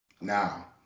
Now